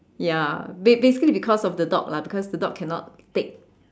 ya ba~ basically because of the dog lah the dog cannot take